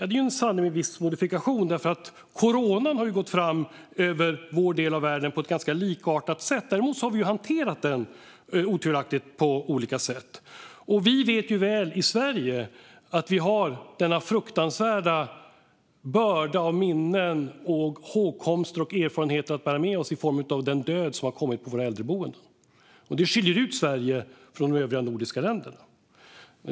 Det är en sanning med viss modifikation, för coronaviruset har gått fram över vår del av världen på ett ganska likartat sätt. Däremot har vi otvivelaktigt hanterat det på olika sätt. Vi i Sverige vet mycket väl att vi har denna fruktansvärda börda av minnen, hågkomster och erfarenheter att bära oss i form av den död som har kommit på våra äldreboenden. Det skiljer ut Sverige från de övriga nordiska länderna.